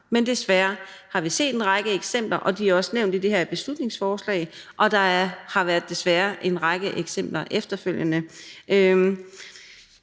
men desværre har vi set en række eksempler på det modsatte, og de er også nævnt i det her beslutningsforslag, og der har desværre efterfølgende